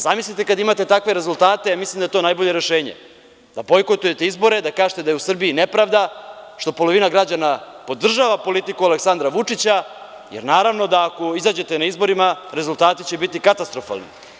Zamislite kada imate takve rezultate, mislim da je to najbolje rešenje da bojkotujete izbore, da kažete da je u Srbiji nepravda što polovina građana podržava politiku Aleksandra Vučića, jer naravno ako izađete na izbore, rezultati će biti katastrofalni.